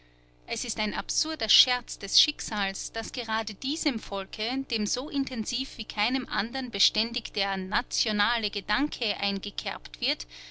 es ist ein absurder scherz des schicksals daß gerade diesem volke dem so intensiv wie keinem andern beständig der nationale gedanke eingekerbt wird